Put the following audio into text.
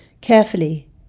Carefully